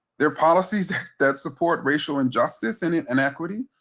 there are policies that support racial injustice and in inequity,